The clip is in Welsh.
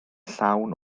llawn